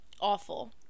awful